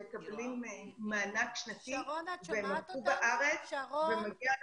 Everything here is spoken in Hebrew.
שמקבלים מענק שנתי והם עבדו בארץ ומגיעה